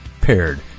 paired